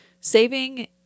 saving